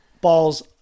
balls